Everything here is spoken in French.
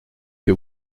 que